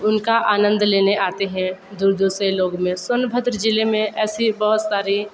उनका आनंद लेने आते हैं दूर दूर से लोग में सोनभद्र जिले में ऐसी बहुत सारी